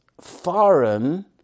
foreign